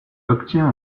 obtient